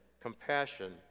compassion